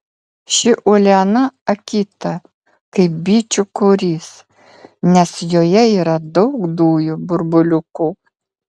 ši uoliena akyta kaip bičių korys nes joje yra daug dujų burbuliukų